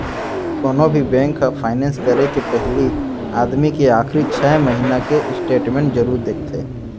कोनो भी बेंक ह फायनेंस करे के पहिली आदमी के आखरी छै महिना के स्टेट मेंट जरूर देखथे